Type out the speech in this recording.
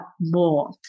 more